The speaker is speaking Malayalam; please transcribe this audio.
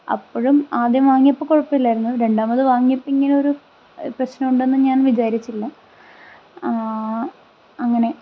അപ്പോഴും ആദ്യം വാങ്ങിയപ്പോൾ കുഴപ്പമില്ലായിരുന്നു രണ്ടാമത് വാങ്ങിയപ്പോൾ ഇങ്ങനെയൊരു പ്രശ്നം ഉണ്ടെന്ന് ഞാൻ വിചാരിച്ചില്ല അങ്ങനെ